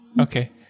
Okay